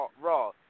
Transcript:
Raw